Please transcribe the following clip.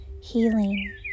healing